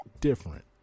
different